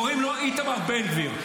וקוראים לו איתמר בן גביר.